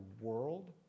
world